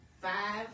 five